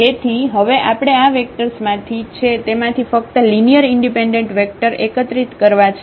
તેથી હવે આપણે આ વેક્ટર્સમાંથી છે તેમાંથી ફક્ત લિનિયર ઇન્ડિપેન્ડન્ટ વેક્ટર એકત્રિત કરવા છે